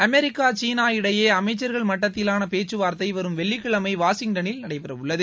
America சீனா இடையே அமைச்சர்கள் மட்டத்திலான பேச்சுவார்த்தை வரும் வெள்ளிகிழமை வாஷிங்கடன்னில் நடைபெற உள்ளது